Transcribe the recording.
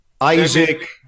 Isaac